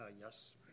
Yes